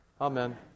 Amen